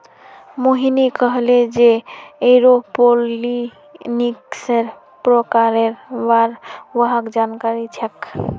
मोहिनी कहले जे एरोपोनिक्सेर प्रकारेर बार वहाक जानकारी छेक